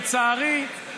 לצערי,